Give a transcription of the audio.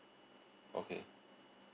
okay